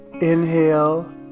inhale